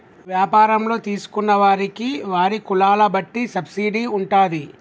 వ్యాపారంలో తీసుకున్న వారికి వారి కులాల బట్టి సబ్సిడీ ఉంటాది